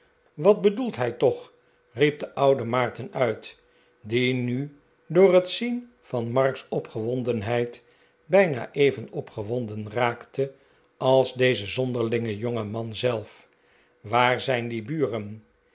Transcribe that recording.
wat bedoelt hij toch riep de oude maarten uit die nu door het zien van mark's opgewondenheid bijna even opgewonden raakte als deze zonderlinge jongeman zelf waar zijn die buren